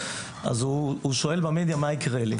הוא שואל במדיה מה יקרה לי,